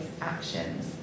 actions